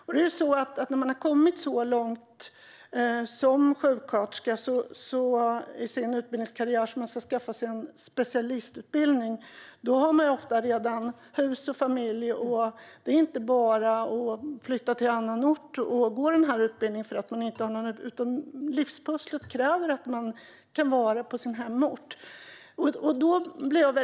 När man som sjuksköterska har kommit så långt i sin utbildningskarriär att man ska skaffa sig en specialistutbildning har man ofta redan hus och familj. Det är inte bara att flytta till annan ort och gå den utbildningen. Livspusslet kräver att man kan göra det på sin hemort.